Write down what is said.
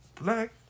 black